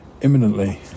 imminently